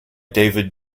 david